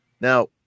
Now